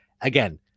Again